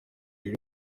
rero